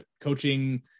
coaching